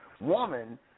woman